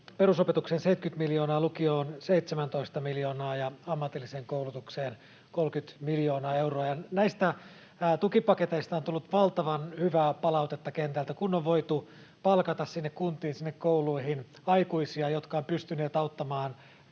perusopetukseen 70 miljoonaa, lukioon 17 miljoonaa ja ammatilliseen koulutukseen 30 miljoonaa euroa. Näistä tukipaketeista on tullut valtavan hyvää palautetta kentältä, kun on voitu palkata sinne kuntiin, sinne kouluihin aikuisia, jotka ovat pystyneet paikkaamaan